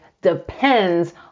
depends